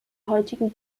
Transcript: heutigen